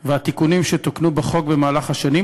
והתיקונים שתוקנו בחוק במהלך השנים,